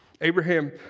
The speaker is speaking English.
Abraham